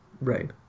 Right